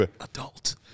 Adult